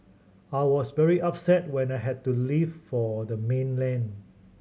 I was very upset when I had to leave for the mainland